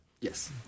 Yes